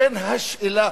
לכן השאלה,